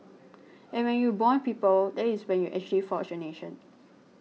and when you bond people that is when you actually forge a nation